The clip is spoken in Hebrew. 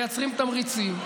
מייצרים תמריצים.